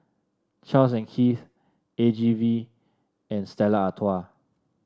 Charles Keith A G V and Stella Artois